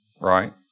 Right